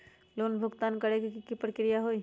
Loan भुगतान करे के की की प्रक्रिया होई?